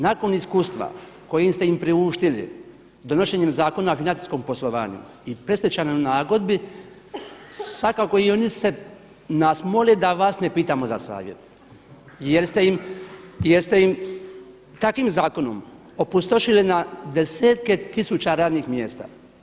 Nakon iskustva koji ste im priuštili donošenjem Zakona o financijskom poslovanju i predstečajnoj nagodbi svakako i oni se nas mole da vas ne pitamo za savjet jer ste im takvim zakonom opustošili na desetke tisuća radnih mjesta.